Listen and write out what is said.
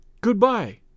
Goodbye